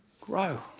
grow